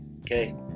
Okay